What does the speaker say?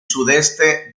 sudeste